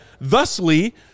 Thusly